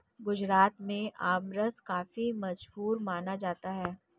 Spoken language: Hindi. गुजरात में आमरस काफी मशहूर माना जाता है